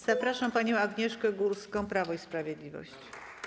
Zapraszam panią Agnieszkę Górską, Prawo i Sprawiedliwość.